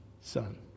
Son